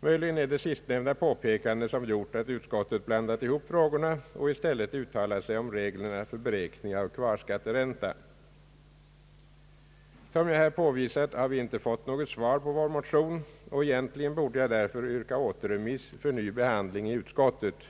Möjligen är det sist nämnda påpekande som gjort, att utskottet blandat ihop frågorna och i stället uttalat sig om reg lerna för beräkning av. kvarskatteränta. = PR Som jag här påvisat har vi inte. fått något svar på frågorna i vår motion, och egentligen borde jag därför yrka återremiss. för ny behandling i utskottet.